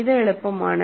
അത് എളുപ്പമാണ്